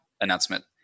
announcement